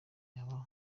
yaba